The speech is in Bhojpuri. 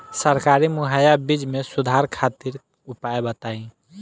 सरकारी मुहैया बीज में सुधार खातिर उपाय बताई?